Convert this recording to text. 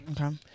Okay